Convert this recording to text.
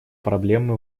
проблемы